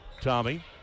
Tommy